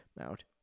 out